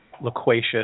loquacious